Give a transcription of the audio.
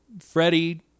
freddie